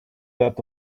that